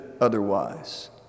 otherwise